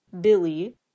Billy